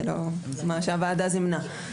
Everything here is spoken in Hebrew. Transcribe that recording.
זה מה שהוועדה זימנה.